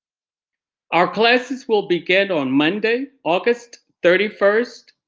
our classes will begin on monday august thirty first,